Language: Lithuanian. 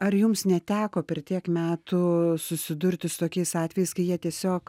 ar jums neteko per tiek metų susidurti su tokiais atvejais kai jie tiesiog